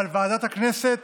אבל ועדת הכנסת